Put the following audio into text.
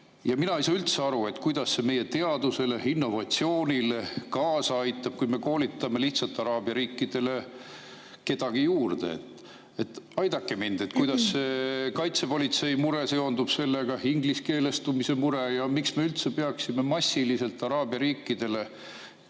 Ja mina ei saa üldse aru, kuidas see meie teadusele, innovatsioonile kaasa aitab, kui me koolitame lihtsalt araabia riikidele kedagi juurde. Aidake mind! Kuidas kaitsepolitsei mure seondub sellega, ingliskeelestumise mure, ja miks me üldse peaksime massiliselt araabia riikidele